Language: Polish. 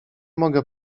mogę